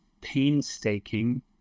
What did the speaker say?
painstaking